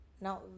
Now